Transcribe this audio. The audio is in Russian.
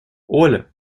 оля